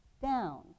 down